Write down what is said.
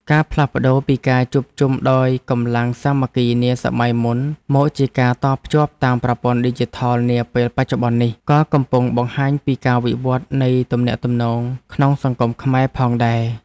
ការផ្លាស់ប្តូរពីការជួបជុំដោយកម្លាំងសាមគ្គីនាសម័យមុនមកជាការតភ្ជាប់តាមប្រព័ន្ធឌីជីថលនាពេលបច្ចុប្បន្ននេះ ក៏កំពុងបង្ហាញពីការវិវត្តនៃទំនាក់ទំនងក្នុងសង្គមខ្មែរផងដែរ។